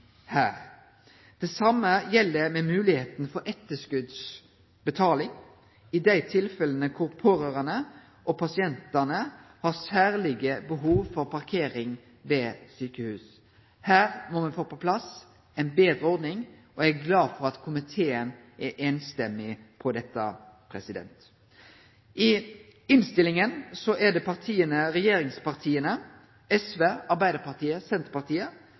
her. Det same gjeld moglegheita for etterskotsbetaling i dei tilfella der pårørande og pasientar har særlege behov for parkering ved sjukehus. Her må me få på plass ei betre ordning, og eg er glad for at komiteen er samrøystes i dette. I innstillinga er det regjeringspartia – SV, Arbeidarpartiet og Senterpartiet